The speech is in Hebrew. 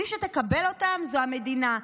מי שתקבל אותם היא המדינה,